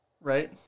Right